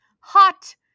hot